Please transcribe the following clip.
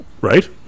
Right